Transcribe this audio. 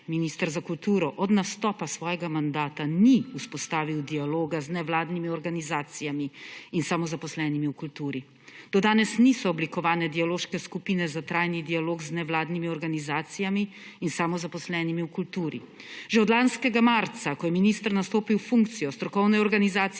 Minister za kulturo od nastopa svojega mandata ni vzpostavil dialoga z nevladnimi organizacijami in samozaposlenimi v kulturi. Do danes niso oblikovane dialoške skupine za trajni dialog z nevladnimi organizacijami in samozaposlenimi v kulturi. Že od lanskega marca, ko je minister nastopil funkcijo, strokovne organizacije